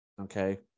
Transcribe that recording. Okay